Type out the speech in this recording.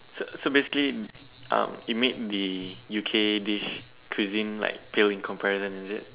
so so basically um it made the U_K dish cuisine like pale in comparison is it